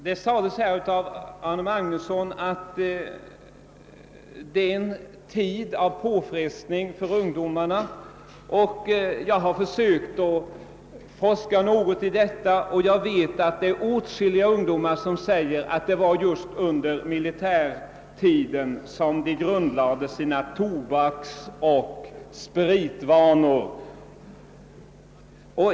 Herr Magnusson i Nennesholm sade att militärtjänstgöringen är en tid av påfrestning för ungdomarna. Jag har forskat något i detta, och jag vet att åtskilliga ungdomar just under den första militärtjänstgöringen grundlagt sina tobaksoch spritvanor.